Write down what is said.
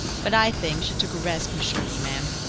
but i think she took a resk, miss shirley, ma'am.